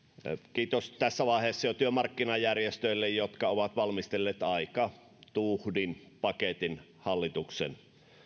kiitos jo tässä vaiheessa työmarkkinajärjestöille jotka ovat valmistelleet aika tuhdin paketin hallituksen